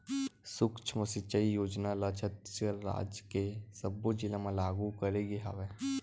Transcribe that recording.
सुक्ष्म सिचई योजना ल छत्तीसगढ़ राज के सब्बो जिला म लागू करे गे हवय